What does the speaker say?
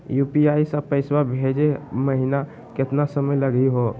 UPI स पैसवा भेजै महिना केतना समय लगही हो?